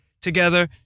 together